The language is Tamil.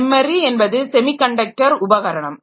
மெமரி என்பது செமிகண்டக்டர் உபகரணம்